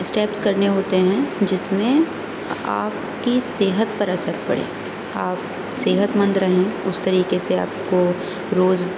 steps کرنے ہوتے ہیں جس میں آپ کی صحت پر اثر پڑے آپ صحت مند رہیں اس طریقے سے آپ کو روز